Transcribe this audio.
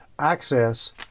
access